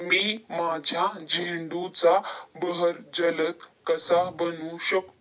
दोन एकर जमीनीसाठी एन.पी.के चे प्रमाण किती असावे?